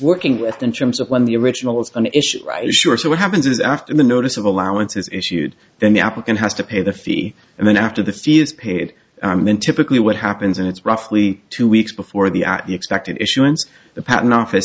working with in terms of when the original is an issue right sure so what happens is after the notice of allowance is issued then the applicant has to pay the fee and then after the fuse paid in typically what happens and it's roughly two weeks before the at the expected issuance the patent office